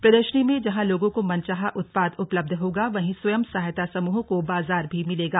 प्रदर्शनी में जहां लोगों को मनचाहा उत्पाद उपलब्ध होगा वहीं स्वयं सहायता समूहों को बाजार भी मिलेगा